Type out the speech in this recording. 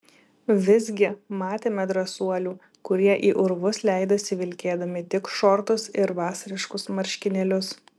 visgi matėme drąsuolių kurie į urvus leidosi vilkėdami tik šortus ir vasariškus marškinėlius